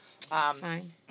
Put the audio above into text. Fine